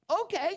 okay